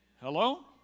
Hello